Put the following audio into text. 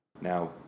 Now